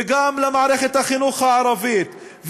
וגם למערכת החינוך הערבית,